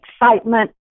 excitement